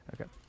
Okay